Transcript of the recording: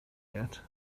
yet